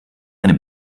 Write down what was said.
eine